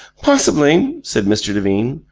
possibly, said mr. devine.